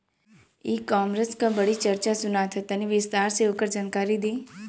E commerce क बड़ी चर्चा सुनात ह तनि विस्तार से ओकर जानकारी दी?